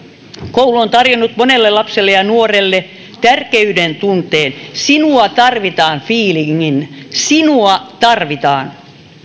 koulu on tarjonnut monelle lapselle ja ja nuorelle tärkeyden tunteen sinua tarvitaan fiilingin sinua tarvitaan